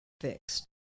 fixed